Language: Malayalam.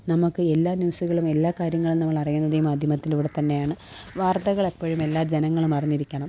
നമുക്ക് എല്ലാ ന്യൂസുകളും എല്ലാ കാര്യങ്ങളും നമ്മള് അറിയേണ്ടത് ഈ മാധ്യമത്തിലൂടെ തന്നെയാണ് വാര്ത്തകളെപ്പോഴും എല്ലാ ജനങ്ങളും അറിഞ്ഞിരിക്കണം